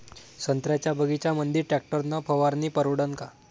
संत्र्याच्या बगीच्यामंदी टॅक्टर न फवारनी परवडन का?